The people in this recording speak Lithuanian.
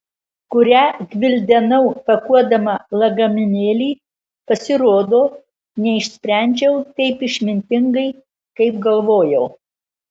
kurią gvildenau pakuodama lagaminėlį pasirodo neišsprendžiau taip išmintingai kaip galvojau